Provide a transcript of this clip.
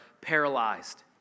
paralyzed